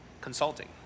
consulting